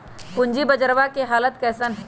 पूंजी बजरवा के हालत कैसन है?